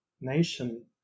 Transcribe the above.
nation